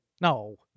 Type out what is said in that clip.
No